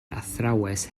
athrawes